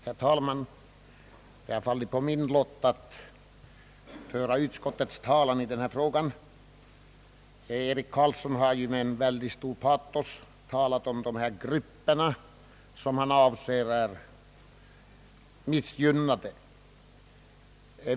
Herr talman! Det har fallit på min lott att föra utskottets talan i denna fråga. Herr Eric Carlsson har med stort patos talat om de grupper som han anser är missgynnade.